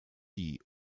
die